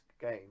game